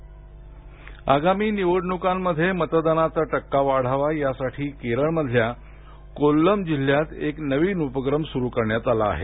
केरळ निवडणक आगामी निवडणुकांमध्ये मतदानाचा टक्का वाढावा यासाठी केरळमधल्या कोल्लम जिल्ह्यात एक नवीन उपक्रम सुरू करण्यात आला आहे